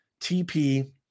TP